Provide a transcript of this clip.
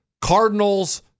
Cardinals